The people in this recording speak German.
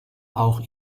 auch